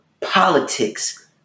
politics